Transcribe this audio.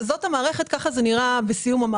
זאת המערכת וכך זה נראה בסיום.